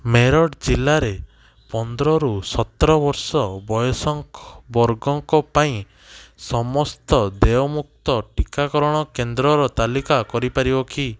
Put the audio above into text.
ମେରଠ ଜିଲ୍ଲାରେ ପନ୍ଦରରୁ ସତର ବର୍ଷ ବୟସ ବର୍ଗଙ୍କ ପାଇଁ ସମସ୍ତ ଦେୟମୁକ୍ତ ଟିକାକରଣ କେନ୍ଦ୍ରର ତାଲିକା କରିପାରିବ କି